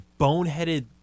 boneheaded